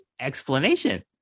explanation